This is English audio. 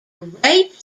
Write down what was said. great